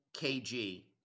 KG